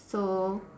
so